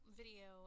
video